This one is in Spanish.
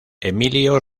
emilio